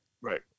Right